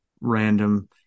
random